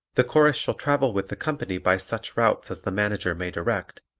the chorus shall travel with the company by such routes as the manager may direct,